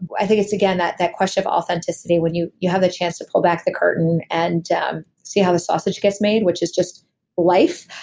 i think it's again that that question of authenticity when you you have the chance to pull back the curtain and see how the sausage gets made, which is just life.